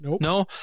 No